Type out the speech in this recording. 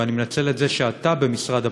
ואני מנצל את זה שאתה במשרד הפנים,